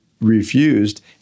refused